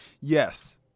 Yes